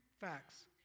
facts